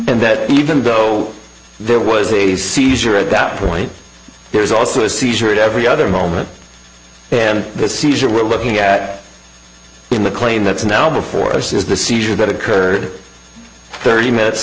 and that even though there was a seizure at that point there's also a seizure every other moment and the seizure we're looking at in the claim that's now before us is the seizure that occurred thirty minutes